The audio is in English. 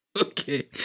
Okay